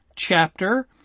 Chapter